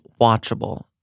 watchable